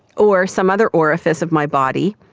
or some other orifice of my body,